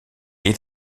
est